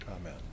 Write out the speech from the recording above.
Amen